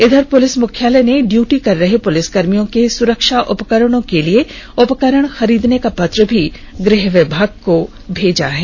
इधर पुलिस मुख्यालय ने ड्यूटी कर रहे पुलिसकर्मियों के सुरक्षा उपकरणों के लिए उपकरण खरीदने का पत्र भी गृह विभाग को भेजा है